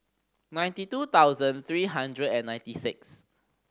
ninety two thousand three hundred and ninety six